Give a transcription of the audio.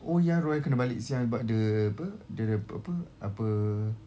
oh ya roy kena balik siang sebab dia [pe] ada [pe] [pe] apa